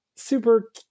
super